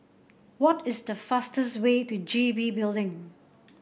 what is the fastest way to G B Building